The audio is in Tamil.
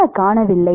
என்ன காணவில்லை